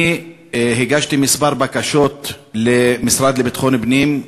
אני הגשתי כמה בקשות למשרד לביטחון פנים,